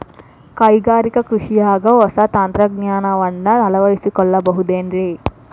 ಕೈಗಾರಿಕಾ ಕೃಷಿಯಾಗ ಹೊಸ ತಂತ್ರಜ್ಞಾನವನ್ನ ಅಳವಡಿಸಿಕೊಳ್ಳಬಹುದೇನ್ರೇ?